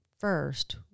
First